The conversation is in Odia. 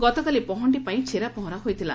ଗତକାଲି ପହଣିପାଇଁ ଛେରାପହଁରା ହୋଇଥିଲା